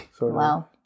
Wow